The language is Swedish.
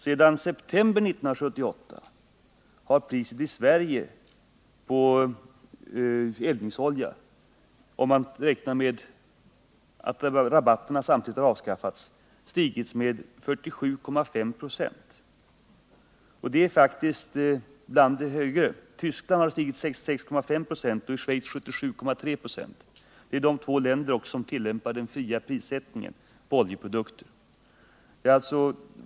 Sedan september 1978 har priset i Sverige på eldningsolja —om man räknar med att rabatterna samtidigt avskaffats — stigit med 47,5 96. Det är faktiskt bland de större höjningarna. I Tyskland har priset stigit 66,5 96 och i Schweiz 77,3 946. Det är de två länder som tillämpar fri prissättning på oljeprodukter.